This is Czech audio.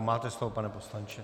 Máte slovo, pane poslanče.